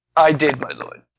i did, my lord.